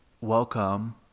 welcome